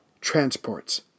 transports